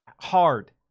hard